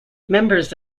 members